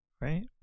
right